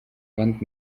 wand